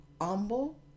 humble